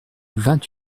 vingt